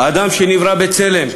האדם שנברא בצלם,